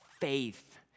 faith